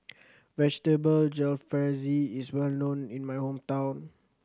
Vegetable Jalfrezi is well known in my hometown